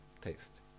taste